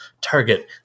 Target